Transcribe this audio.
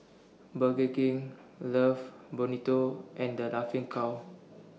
Burger King Love Bonito and The Laughing Cow